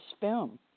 film